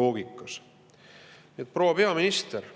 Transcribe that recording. loogikas. Proua peaminister,